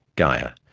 gaia,